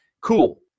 Cool